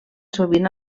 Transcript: sovint